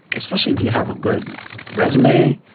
especially if you have a good resume,